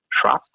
trust